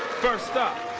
first up.